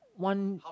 one